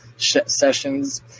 sessions